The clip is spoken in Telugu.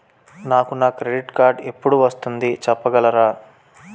నాకు నా క్రెడిట్ కార్డ్ ఎపుడు వస్తుంది చెప్పగలరా?